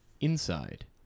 inside